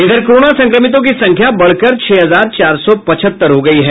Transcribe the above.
इधर कोरोना संक्रमितों की संख्या बढ़कर छह हजार चार सौ पचहत्तर हो गयी है